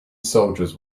soldiers